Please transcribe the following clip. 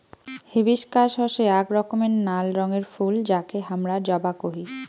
hibiscus হসে আক রকমের নাল রঙের ফুল যাকে হামরা জবা কোহি